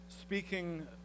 speaking